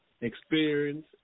experience